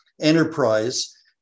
enterprise